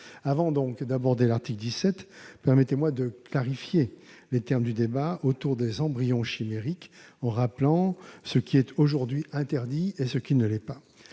Avant d'aborder l'article 17, permettez-moi de clarifier les termes du débat autour des embryons chimériques, en rappelant ce qui est aujourd'hui interdit et ce qui ne l'est pas.